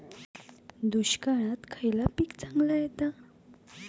दुष्काळात खयला पीक चांगला येता?